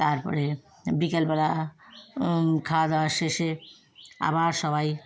তারপরে বিকেলবেলা খাওয়া দাওয়ার শেষে আবার সবাই